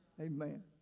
Amen